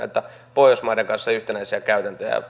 pohjoismaiden kanssa yhtenäisiä käytäntöjä niin